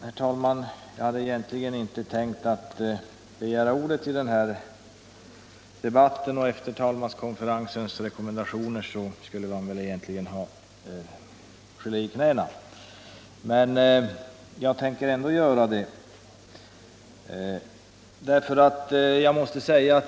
Herr talman! Jag hade egentligen inte tänkt begära ordet i den här debatten men jag tänker ändå göra det.